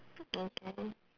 okay